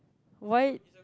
why